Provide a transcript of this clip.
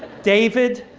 david,